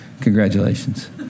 Congratulations